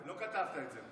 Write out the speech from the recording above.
לא כתבת את זה.